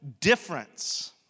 difference